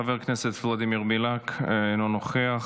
חבר הכנסת ולדימיר בליאק, אינו נוכח.